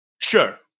Sure